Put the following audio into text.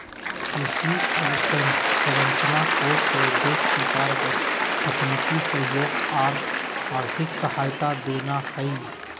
कृषि अवसंरचना कोष के उद्देश्य किसान के तकनीकी सहयोग आर आर्थिक सहायता देना हई